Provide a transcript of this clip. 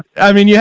i mean, yeah